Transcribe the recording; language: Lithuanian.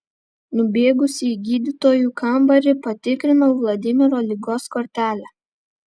nubėgusi į gydytojų kambarį patikrinau vladimiro ligos kortelę